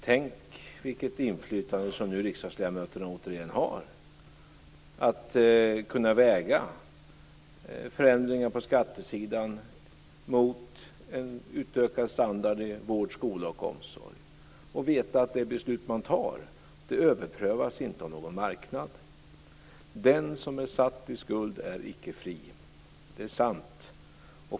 Tänk vilket inflytande som riksdagsledamöterna återigen har när det gäller att kunna väga förändringar på skattesidan mot en utökad standard i vård, skola och omsorg, och veta att det beslut man tar inte överprövas av någon marknad. Den som är satt i skuld är icke fri. Det är sant.